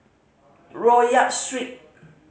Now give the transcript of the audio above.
Rodyk Street